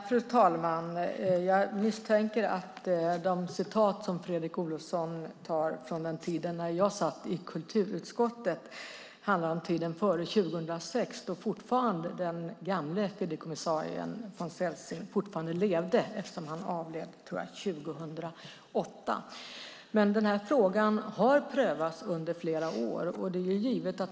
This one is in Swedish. Fru talman! Jag misstänker att de citat som Fredrik Olovsson tog upp från den tid då jag satt i kulturutskottet handlade om tiden före 2006, då den gamle fideikommissarien von Celsing fortfarande levde. Han avled ju 2008. Frågan har prövats under flera år.